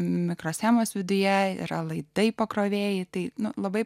mikroschemos viduje ir alai tai pakrovėjai tai labai